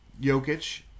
Jokic